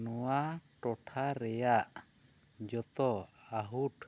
ᱱᱚᱶᱟ ᱴᱚᱴᱷᱟ ᱨᱮᱭᱟᱜ ᱡᱚᱛᱚ ᱟᱹᱦᱩᱴ